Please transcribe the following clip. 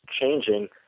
changing